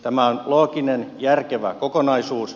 tämä on looginen järkevä kokonaisuus